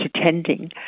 attending